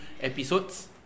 episodes